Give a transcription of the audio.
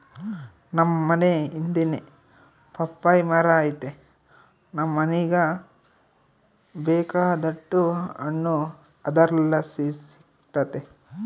ನಮ್ ಮನೇ ಹಿಂದೆನೇ ಪಪ್ಪಾಯಿ ಮರ ಐತೆ ನಮ್ ಮನೀಗ ಬೇಕಾದೋಟು ಹಣ್ಣು ಅದರ್ಲಾಸಿ ಸಿಕ್ತತೆ